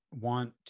want